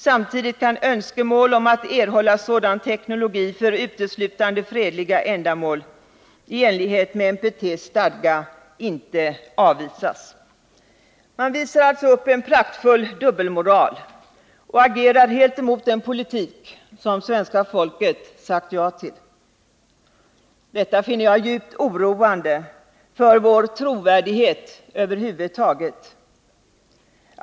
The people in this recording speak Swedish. Samtidigt kan önskemål om att erhålla sådan teknologi för uteslutande f:edliga ändamål i enlighet med NPT:s stadga inte avvisas.” Man visar alltså upp en praktfull dubbelmoral och agerar helt emot den politik som svenska folket sagt ja till. Detta finner jag djupt oroande för vår trovärdighet över huvud taget.